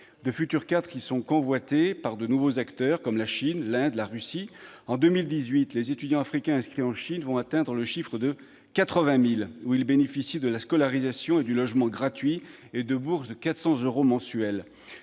ces futurs cadres sont convoités par de nouveaux acteurs, comme la Chine, l'Inde et la Russie. En 2018, les étudiants africains inscrits en Chine devraient atteindre le chiffre de 80 000. Ils y bénéficient de la scolarisation et du logement gratuits ainsi que de bourses de 400 euros mensuels.